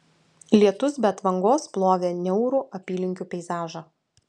lietus be atvangos plovė niaurų apylinkių peizažą